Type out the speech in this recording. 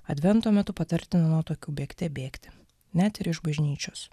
advento metu patartina nuo tokių bėgte bėgti net ir iš bažnyčios